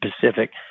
Pacific